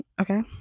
Okay